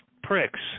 pricks